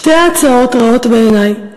שתי ההצעות רעות בעיני.